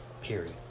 period